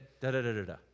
da-da-da-da-da